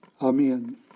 Amen